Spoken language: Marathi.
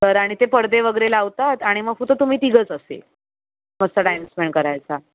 आणि ते पडदे वगैरे लावतात आणि फक्त तुम्ही तिघंच असतील मस्त टाइम स्पेंड करायचा